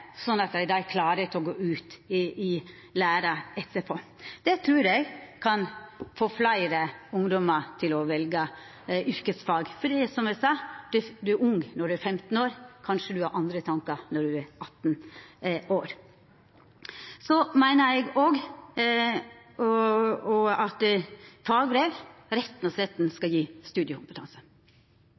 at ein er klar til å gå ut i lære etterpå. Det trur eg kan få fleire ungdomar til å velja yrkesfag, for, som eg sa, ein er ung når ein er 15 år – kanskje ein har andre tankar når ein er 18 år. Så meiner eg òg at fagbrev rett og slett skal gje studiekompetanse.